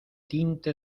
tinte